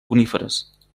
coníferes